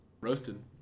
Roasted